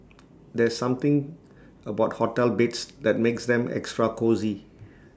there's something about hotel beds that makes them extra cosy